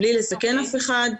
בלי לסכן אף אחד,